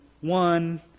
one